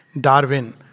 Darwin